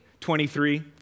23